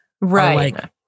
right